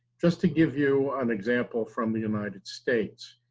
just to give you an example from the united states,